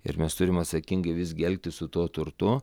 ir mes turim atsakingai visgi elgtis su tuo turtu